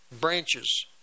branches